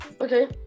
okay